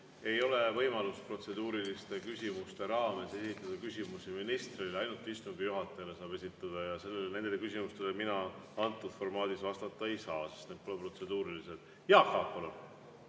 Ei ole võimalust protseduuriliste küsimuste raames esitada küsimusi ministrile. Ainult istungi juhatajale saab neid esitada. Aga [niisugustele] küsimustele mina selles formaadis vastata ei saa, sest need pole protseduurilised. Jaak Aab,